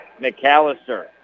McAllister